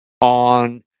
on